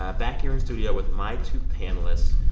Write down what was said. ah back here in studio with my two panelists.